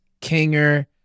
Kinger